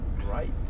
Right